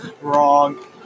Wrong